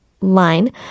line